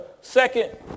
second